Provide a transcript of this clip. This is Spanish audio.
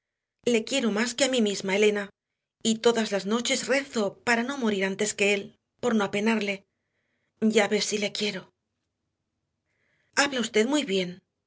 le quiero más que a mí misma elena y todas las noches rezo para no morir antes que él por no apenarle ya ves si le quiero habla usted muy bien